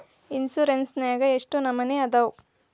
Insurance ನ್ಯಾಗ ಎಷ್ಟ್ ನಮನಿ ಅದಾವು?